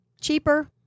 cheaper